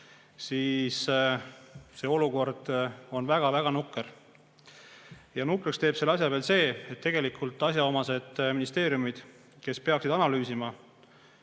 siis see olukord on väga-väga nukker. Nukraks teeb selle asja veel see, et tegelikult asjaomased ministeeriumid, kes peaksid analüüsima